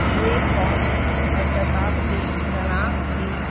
یہ قومی اور ثقافتی شناخت کی